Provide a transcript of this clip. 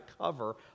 cover